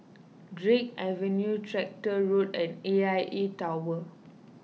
Drake Avenue Tractor Road and A I A Tower